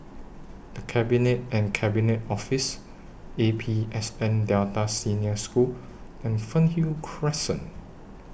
The Cabinet and Cabinet Office A P S N Delta Senior School and Fernhill Crescent